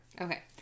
Okay